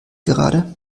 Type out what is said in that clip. gerade